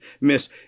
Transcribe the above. miss